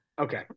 Okay